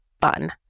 fun